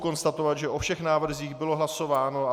Mohu konstatovat, že o všech návrzích bylo hlasováno.